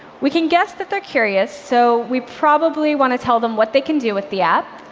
we can guess that they're curious, so we probably want to tell them what they can do with the app,